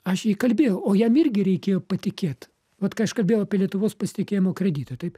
aš jį įkalbėjau o jam irgi reikėjo patikėt vat kai aš kalbėjau apie lietuvos pasitikėjimo kreditą taip